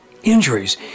Injuries